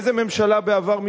איזה ממשלה בעבר,